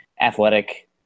athletic